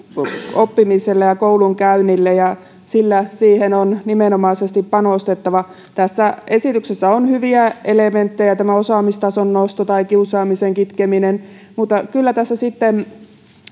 oppimiselle ja koulunkäynnille ja sillä niihin on nimenomaisesti panostettava tässä esityksessä on hyviä elementtejä osaamistason nosto tai kiusaamisen kitkeminen mutta kyllä tässä